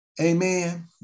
Amen